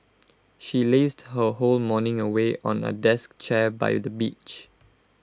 she lazed her whole morning away on A desk chair by the beach